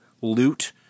loot